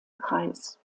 kreis